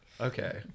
Okay